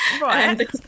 Right